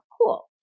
cool